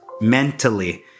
mentally